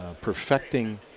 perfecting